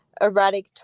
erratic